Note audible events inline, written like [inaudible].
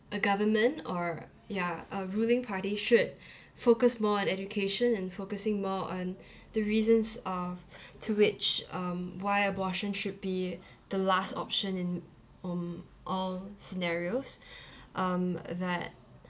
the government or ya uh ruling party should [breath] focus more on education and focusing more on [breath] the reasons of to which um why abortion should be the last option in um all scenarios [breath] um that